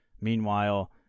Meanwhile